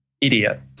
idiot